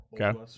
Okay